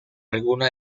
algunas